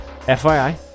FYI